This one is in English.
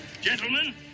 Gentlemen